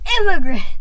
Immigrant